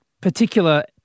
particular